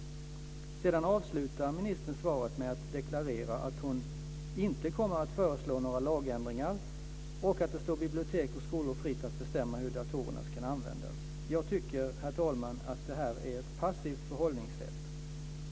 Sedan avslutar ministern svaret med att deklarera att hon inte kommer att föreslå några lagändringar och att det står bibliotek och skolor fritt att bestämma hur datorerna ska användas. Jag tycker, herr talman, att det här är ett passivt förhållningssätt.